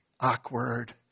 Awkward